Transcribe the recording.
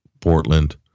Portland